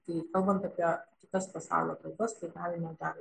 tai kalbant apie kitas pasaulio kalbas tai galime dar